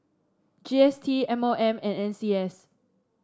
G S T M O M and N C S